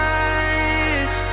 eyes